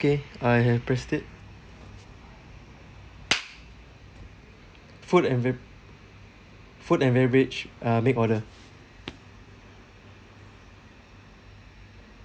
K I have pressed it food and ver~ food and beverage uh make order